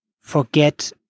forget